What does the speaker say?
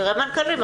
תראה מנכ"לים.